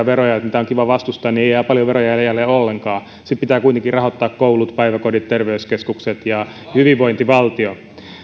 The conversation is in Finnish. veroja mitä on kiva vastustaa ei jää paljon veroja jäljelle ollenkaan sitten pitää kuitenkin rahoittaa koulut päiväkodit terveyskeskukset ja hyvinvointivaltio